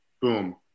boom